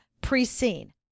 pre-scene